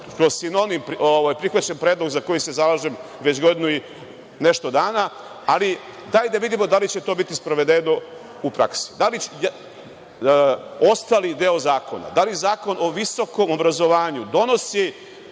kroz sinonim prihvaćen predlog za koji se zalažem već godinu i nešto dana, ali hajde da vidimo da li će to biti sprovedeno u praksi. Da li ostali deo zakona, da li Zakon o visokom obrazovanju donosi